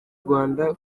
rwanda